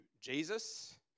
Jesus